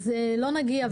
אז לא נגיע.